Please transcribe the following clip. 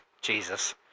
Jesus